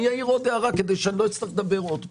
אני אעיר עוד הערה כדי שאני לא אצטרך לדבר עוד פעם,